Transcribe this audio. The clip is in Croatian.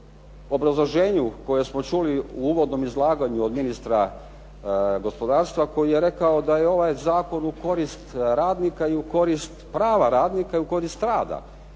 o obrazloženju koje smo čuli u uvodnom izlaganju od ministra gospodarstva koji je rekao da je ovaj Zakon u korist radnika i u korist prava radnika i u korist rada,